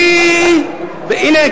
הנה,